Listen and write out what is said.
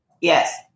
Yes